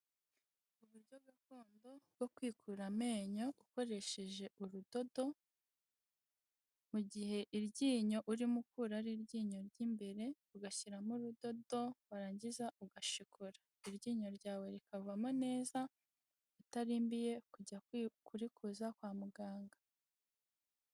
Uburyo gakondo bwo kwikura amenyo ukoresheje urudodo, mu gihe iryinyo urimo ukura ari iryinyo ry'imbere, ugashyiramo urudodo warangiza ugashikura, iryinyo ryawe rikavamo neza utarimbiye kujya kurikuza kwa muganga.